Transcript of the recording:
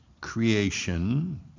creation